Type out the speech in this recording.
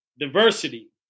diversity